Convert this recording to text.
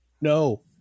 No